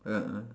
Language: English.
ah ah